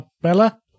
Bella